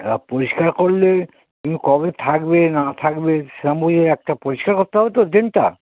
পরিষ্কার করলে তুমি কবে থাকবে না থাকবে সেরম বুঝে একটা পরিষ্কার করতে হবে তো ড্রেনটা